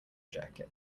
jacket